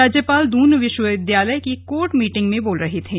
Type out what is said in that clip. राज्यपाल दून विश्वविद्यालय की कोर्ट मीटिंग में बोल रहे थे